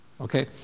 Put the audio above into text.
Okay